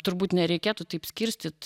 turbūt nereikėtų taip skirstyt